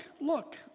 look